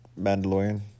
Mandalorian